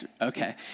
Okay